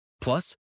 Plus